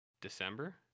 December